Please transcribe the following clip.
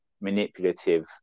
manipulative